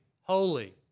holy